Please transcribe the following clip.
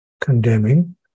condemning